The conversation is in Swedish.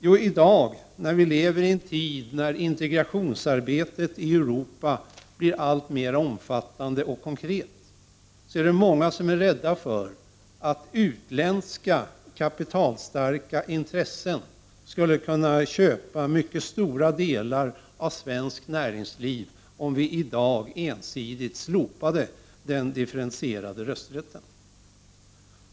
Jo, i dag, när vi lever i en tid där integrationsarbetet i Europa blir alltmer omfattande och konkret, är det många som är rädda för att utländska kapitalstarka intressen skulle kunna köpa mycket stora delar av svenskt näringsliv om vi ensidigt slopade den differentierade rösträtten.